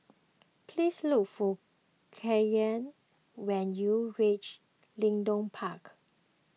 please look for Kyra when you reach Leedon Park